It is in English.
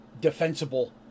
defensible